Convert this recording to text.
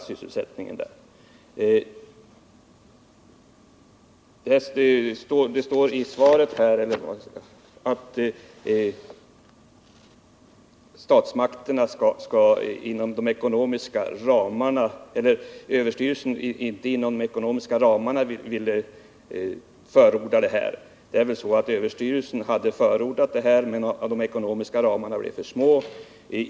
Handelsministern säger i svaret att överstyrelsen inte ville förorda den här tillverkningen inom de angivna ekonomiska ramarna. I själva verket hade väl överstyrelsen förordat den, men de ekonomiska ramarna blev för små.